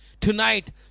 Tonight